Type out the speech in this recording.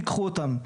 תיקחו אותם.